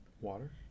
Water